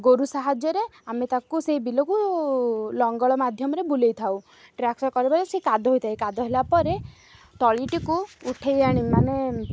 ଗୋରୁ ସାହାଯ୍ୟରେ ଆମେ ତାକୁ ସେଇ ବିଲକୁ ଲଙ୍ଗଳ ମାଧ୍ୟମରେ ବୁଲାଇଥାଉ ପରେ ସେ କାଦ ହୋଇଥାଏ କାଦ ହେଲା ପରେ ତଳିଟିକୁ ଉଠାଇ ଆଣି ମାନେ